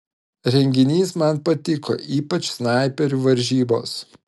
renginys man patiko ypač snaiperių varžybos